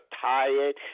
tired